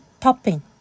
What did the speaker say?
Topping